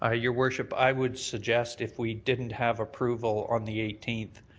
ah your worship, i would suggest if we didn't have approval on the eighteenth,